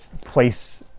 place